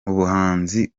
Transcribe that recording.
umuhanzi